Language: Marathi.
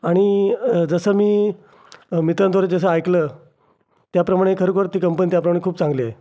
आणि जसं मी मित्रांद्वारे जसं ऐकलं त्याप्रमाणे खरोखर ती कंपन त्याप्रमाणे खूप चांगली आहे